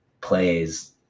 plays